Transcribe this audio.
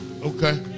Okay